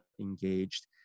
engaged